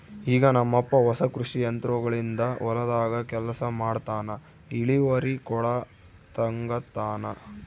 ಈಗ ನಮ್ಮಪ್ಪ ಹೊಸ ಕೃಷಿ ಯಂತ್ರೋಗಳಿಂದ ಹೊಲದಾಗ ಕೆಲಸ ಮಾಡ್ತನಾ, ಇಳಿವರಿ ಕೂಡ ತಂಗತಾನ